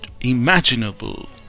imaginable